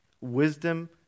wisdom